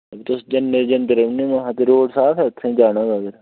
फ्ही तुस जंदे रोह्ने महा ते रोड़ साफ ऐ उत्थेईं जाना होऐ अगर